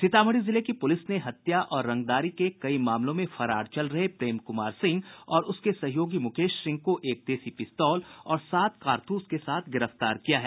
सीतामढी जिले की पुलिस ने हत्या और रंगदारी कई मामलों में फरार चल रहे प्रेम कुमार सिंह और उसके सहयोगी मुकेश सिंह को एक देसी पिस्तौल और सात कारतूस के साथ गिरफ्तार किया है